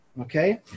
okay